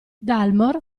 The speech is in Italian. dalmor